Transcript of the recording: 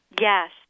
Yes